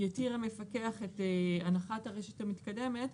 יתיר המפקח את הנחת הרשת המתקדמת,